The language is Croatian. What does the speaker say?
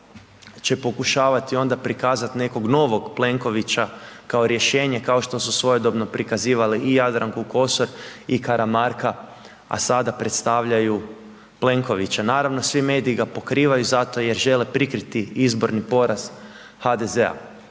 će pokušavati onda prikazati nekog novog Plenkovića kao rješenje, kao što su svojedobno prikazivali i Jadranku Kosor i Karamarka, a sada predstavljaju Plenkovića. Naravno, svi mediji ga pokrivaju zato jer žele prikriti izborni poraz HDZ-a.